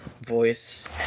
voice